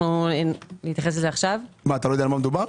מה, אתה לא יודע במה מדובר?